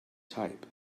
type